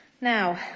Now